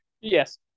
Yes